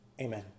Amen